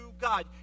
God